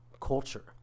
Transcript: culture